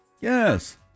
Yes